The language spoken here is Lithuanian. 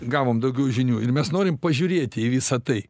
gavom daugiau žinių ir mes norim pažiūrėti į visa tai